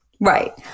Right